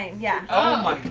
yeah oh,